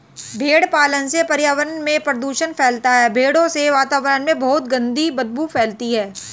भेड़ पालन से पर्यावरण में प्रदूषण फैलता है भेड़ों से वातावरण में बहुत गंदी बदबू फैलती है